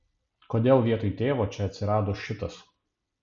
kodėl vietoj tėvo čia atsirado šitas